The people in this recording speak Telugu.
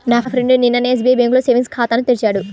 నా ఫ్రెండు నిన్ననే ఎస్బిఐ బ్యేంకులో సేవింగ్స్ ఖాతాను తెరిచాడు